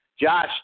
Josh